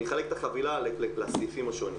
אני אחלק את החבילה לסעיפים השונים.